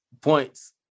points